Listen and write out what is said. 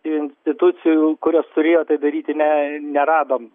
institucijų kurios turėjo tai daryti ne neradom